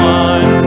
one